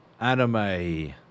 anime